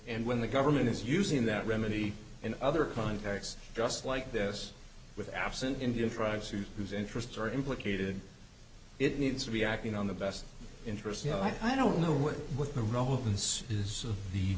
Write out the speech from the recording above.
and when the government is using that remedy in other contexts just like this with absent indian tribes who whose interests are implicated it needs to be acting on the best interests you know i don't know what the relevance is th